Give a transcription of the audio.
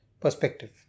perspective